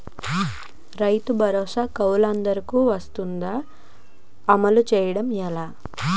రైతు భరోసా కవులుదారులకు వర్తిస్తుందా? అమలు చేయడం ఎలా